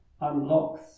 unlocks